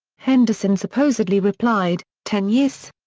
henderson supposedly replied, ten years?